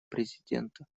президента